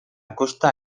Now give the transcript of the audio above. costa